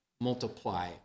multiply